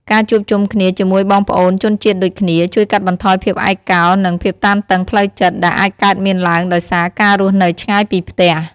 ការជួបជុំគ្នាជាមួយបងប្អូនជនជាតិដូចគ្នា ជួយកាត់បន្ថយភាពឯកោ និងភាពតានតឹងផ្លូវចិត្ត ដែលអាចកើតមានឡើងដោយសារការរស់នៅឆ្ងាយពីផ្ទះ ។